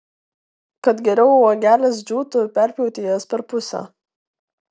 kad geriau uogelės džiūtų perpjauti jas per pusę